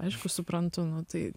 aišku suprantu nu tai